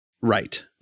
Right